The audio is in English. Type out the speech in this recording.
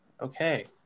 Okay